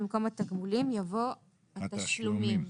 במקום "התגמולים" יבוא "התשלומים".